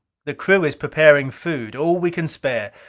the crew is preparing food, all we can spare.